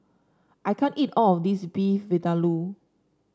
I can't eat all of this Beef Vindaloo